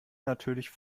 natürlich